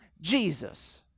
Jesus